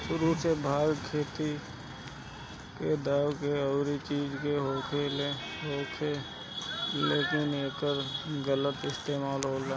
सुरु से भाँग के खेती दावा या अउरी चीज ला होखे, लेकिन एकर अब गलत इस्तेमाल होता